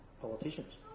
politicians